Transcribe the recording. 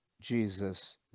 Jesus